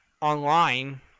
online